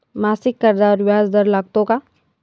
मासिक कर्जावर व्याज दर लागतो का?